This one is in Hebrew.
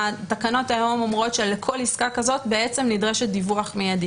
התקנות היום אומרות שלכל עסקה כזאת בעצם נדרשת דיווח מידי.